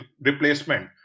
replacement